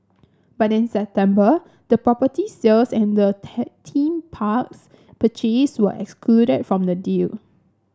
but in September the property sales and the theme parks purchase were excluded from the deal